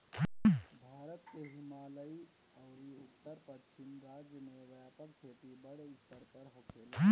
भारत के हिमालयी अउरी उत्तर पश्चिम राज्य में व्यापक खेती बड़ स्तर पर होखेला